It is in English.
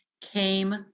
came